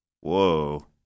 Whoa